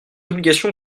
obligation